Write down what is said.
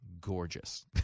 gorgeous